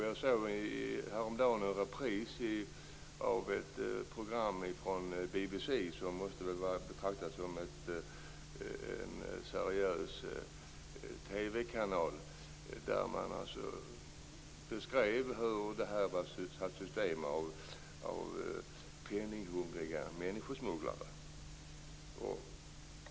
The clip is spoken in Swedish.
Jag såg häromdagen en repris av ett program från BBC, som väl måste betraktas som en seriös TV-kanal, i vilket man beskrev hur detta har satts i system av penninghungriga människosmugglare.